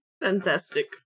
Fantastic